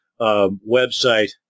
website